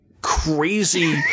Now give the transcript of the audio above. crazy